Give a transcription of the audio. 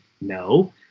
No